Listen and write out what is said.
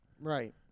Right